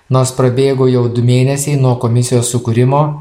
nors prabėgo jau du mėnesiai nuo komisijos sukūrimo